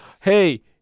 hey